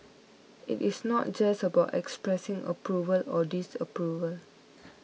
it is not just about expressing approval or disapproval